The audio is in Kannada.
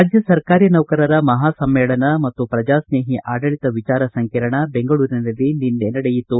ರಾಜ್ಯ ಸರ್ಕಾರಿ ನೌಕರರ ಮಹಾ ಸಮ್ಮೇಳನ ಮತ್ತು ಪ್ರಜಾ ಸ್ನೇಹಿ ಆಡಳಿತ ವಿಚಾರಣ ಸಂಕಿರಣ ಬೆಂಗಳೂರಿನಲ್ಲಿ ನಿನ್ನೆ ನಡೆಯಿತು